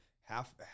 Half